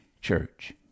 church